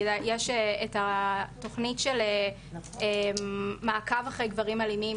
יש את התוכנית של מעקב אחרי גברים אלימים,